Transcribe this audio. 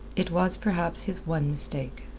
it was perhaps his one mistake.